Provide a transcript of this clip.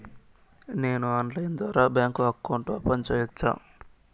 నేను ఆన్లైన్ ద్వారా bank account open సేయొచ్చా?